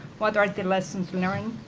what are the lessons learned?